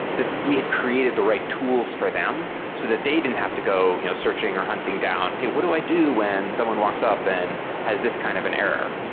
that we had created the right tools for them so that they didn't have to go you know searching or hunting down, hey, what do i do when someone walks up and has this kind of an error?